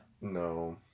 No